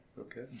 Okay